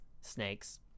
snakes